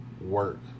work